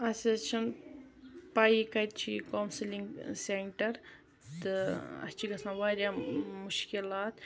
اَسہِ حظ چھَنہٕ پَیی کَتہِ چھُ یہِ کَوسِلِنگ سینٹر تہٕ اَسہِ حظ چھِ گَژھان واریاہ مُشکِلات